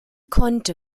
konnte